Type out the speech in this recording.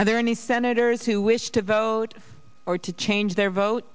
are there any senators who wish to vote or to change their vote